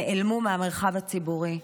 נעלמו מהמרחב הציבורי.